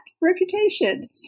reputation